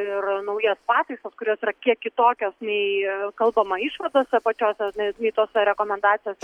ir naujas pataisas kurios yra kiek kitokios nei kalbama išvadose pačiose nei tose rekomendacijose